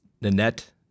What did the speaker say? Nanette